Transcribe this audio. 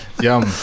Yum